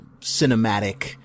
cinematic